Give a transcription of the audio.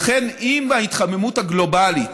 לכן, אם ההתחממות הגלובלית